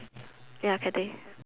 ya Cathay